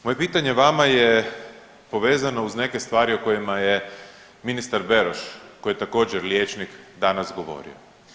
Moje pitanje vama je povezano uz neke stvari u kojima je ministar Beroš, koji je također, liječnik, danas govorio.